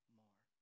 more